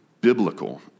biblical